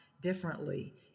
differently